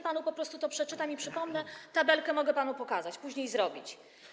Po prostu to panu przeczytam i przypomnę, tabelkę mogę panu pokazać, później zrobić.